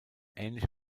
ähnliche